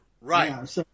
Right